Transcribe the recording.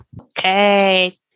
Okay